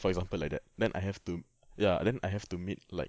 for example like that then I have to ya then I have to meet like